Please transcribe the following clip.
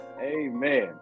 Amen